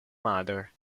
madre